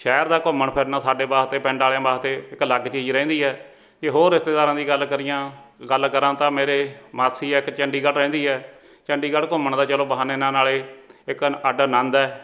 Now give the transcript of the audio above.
ਸ਼ਹਿਰ ਦਾ ਘੁੰਮਣ ਫਿਰਨਾ ਸਾਡੇ ਵਾਸਤੇ ਪਿੰਡ ਵਾਲਿਆਂ ਵਾਸਤੇ ਇੱਕ ਅਲੱਗ ਚੀਜ਼ ਰਹਿੰਦੀ ਹੈ ਜੇ ਹੋਰ ਰਿਸ਼ਤੇਦਾਰਾਂ ਦੀ ਗੱਲ ਕਰੀਆਂ ਗੱਲ ਕਰਾਂ ਤਾਂ ਮੇਰੇ ਮਾਸੀ ਹੈ ਇੱਕ ਚੰਡੀਗੜ੍ਹ ਰਹਿੰਦੀ ਹੈ ਚੰਡੀਗੜ੍ਹ ਘੁੰਮਣ ਦਾ ਚੱਲੋ ਬਹਾਨੇ ਨਾਲ ਨਾਲੇ ਇੱਕ ਅਨ ਅੱਡ ਆਨੰਦ ਹੈ